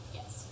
Yes